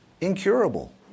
Incurable